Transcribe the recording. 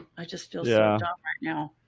i just feel yeah right now.